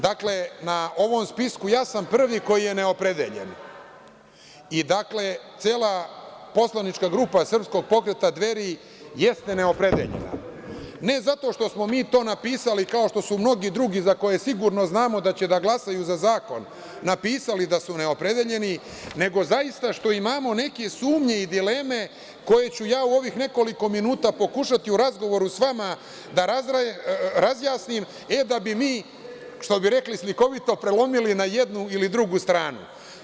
Dakle, na ovom spisku ja sam prvi koji je neopredeljen i cela poslanička grupa Srpskog pokreta Dveri jeste neopredeljena, ne zato što smo mi to napisali kao što su mnogi drugi za koje sigurno znamo da će da glasaju za zakon napisali da su neopredeljeni, nego zaista što imamo neke sumnje i dileme koje ću ja u ovih nekoliko minuta pokušati u razgovoru sa vama da razjasnim, e da bi mi, što bi rekli slikoviti, prelomili na jednu ili drugu stranu.